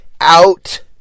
out